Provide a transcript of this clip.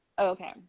Okay